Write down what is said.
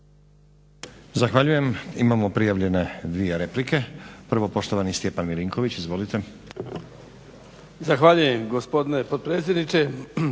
Zahvaljujem. Imamo prijavljene dvije replike, prvo poštovani Stjepan Milinković, izvolite. **Milinković, Stjepan (HDZ)** Zahvaljujem gospodine potpredsjedniče.